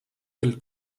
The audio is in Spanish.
del